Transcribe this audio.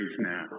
now